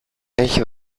έχει